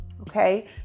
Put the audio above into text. Okay